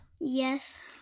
Yes